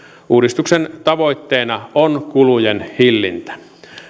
uudistuksen tavoitteena on kulujen hillintä